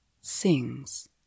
sings